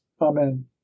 amen